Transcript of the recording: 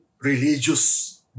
religious